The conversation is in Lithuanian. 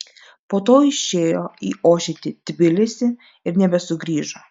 po to išėjo į ošiantį tbilisį ir nebesugrįžo